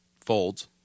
Folds